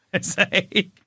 Say